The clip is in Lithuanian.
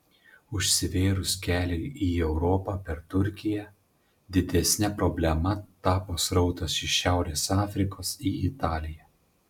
užsivėrus keliui į europą per turkiją didesne problema tapo srautas iš šiaurės afrikos į italiją